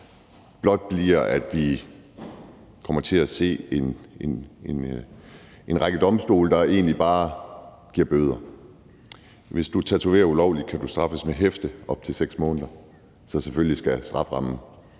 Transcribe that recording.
blot betyder, at vi kommer til at se en række domstole, der egentlig bare giver bøder. Hvis du tatoverer ulovligt, kan du straffes med hæfte op til 6 måneder, så selvfølgelig skal strafferammen